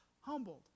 humbled